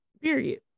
Period